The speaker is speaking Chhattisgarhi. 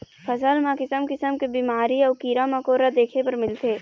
फसल म किसम किसम के बिमारी अउ कीरा मकोरा देखे बर मिलथे